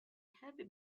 heavy